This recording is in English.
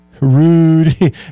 Rudy